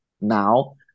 now